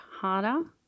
harder